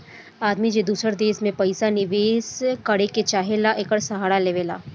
आदमी जे दूसर देश मे पइसा निचेस करे के चाहेला, एकर सहारा लेवला